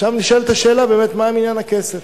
עכשיו נשאלת השאלה, מה עם עניין הכסף?